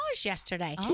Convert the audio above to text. yesterday